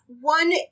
one